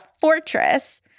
fortress